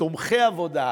"תומכי עבודה",